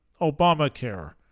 Obamacare